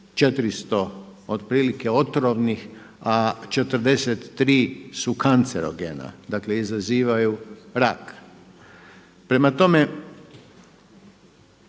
400 otprilike otrovnih, a 43 su kancerogena, dakle izazivaju rak. Prema tome,